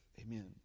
Amen